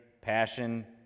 passion